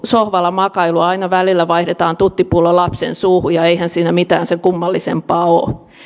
sohvalla makailua että aina välillä vaihdetaan tuttipullo lapsen suuhun ja eihän siinä mitään sen kummallisempaa